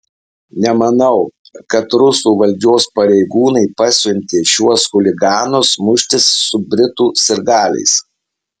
nemanau kad rusų valdžios pareigūnai pasiuntė šiuos chuliganus muštis su britų sirgaliais